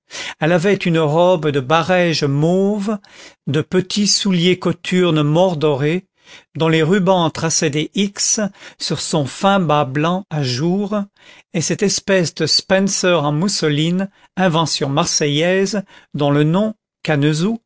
elle avait une robe de barège mauve de petits souliers cothurnes mordorés dont les rubans traçaient des x sur son fin bas blanc à jour et cette espèce de spencer en mousseline invention marseillaise dont le nom canezou